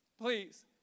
please